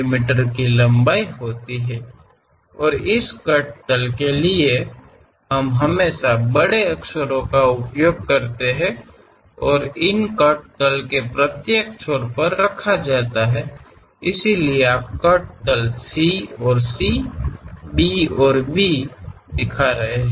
me ಉದ್ದವನ್ನು ಹೊಂದಿರುತ್ತದೆ ಮತ್ತು ಈ ಕತ್ತರಿಸಿದ ಸಮತಲಕ್ಕಾಗಿ ನಾವು ಯಾವಾಗಲೂ ದೊಡ್ಡ ಅಕ್ಷರಗಳನ್ನು ಬಳಸುತ್ತೇವೆ ಮತ್ತು ಇವುಗಳನ್ನು ಕತ್ತರಿಸಿದ ಸಮತಲದ ಪ್ರತಿಯೊಂದು ತುದಿಯಲ್ಲಿ ಇರಿಸಲಾಗುತ್ತದೆ ಆದ್ದರಿಂದ ಇಲ್ಲಿ ನೀವು ಕಟ್ plane C ಮತ್ತು C ಮತ್ತು B ಮತ್ತು B ಅನ್ನು ನೋಡಬಹುದು